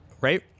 right